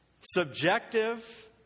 Subjective